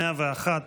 101,